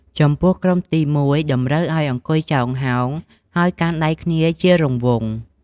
ចំពោះក្រុមទី១ តម្រូវឲ្យអង្គុយចោងហោង ហើយកាន់ដៃគ្នាជារង្វង់។